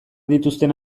dituzten